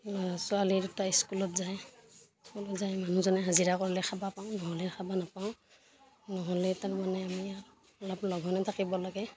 ল'ৰা ছোৱালী দুটা স্কুলত যায় স্কুল যায় মানুহজনে হাজিৰা কৰলে খাবা পাওঁ নহ'লে খাবা নেপাওঁ নহ'লে তাৰমানে আমি অলপ লঘোনে থাকিব লাগে